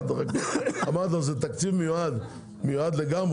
אמרתי לו: זה תקציב מיועד לגמרי.